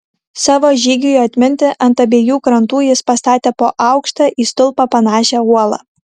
savo žygiui atminti ant abiejų krantų jis pastatė po aukštą į stulpą panašią uolą